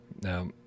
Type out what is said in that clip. Now